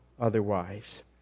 otherwise